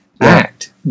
act